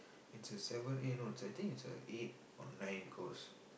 it's a seven eh no I think it's a eight or nine course